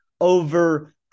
over